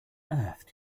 earth